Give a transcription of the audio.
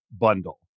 bundle